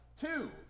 Two